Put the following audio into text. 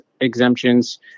exemptions